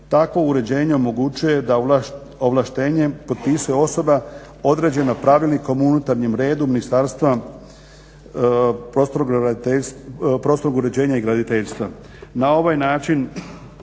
Takvo uređenje omogućuje da ovlaštenje potpisuje osoba određena pravilnikom unutarnjim redom Ministarstva prostornog uređenja i graditeljstva.